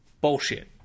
bullshit